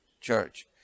church